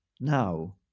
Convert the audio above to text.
now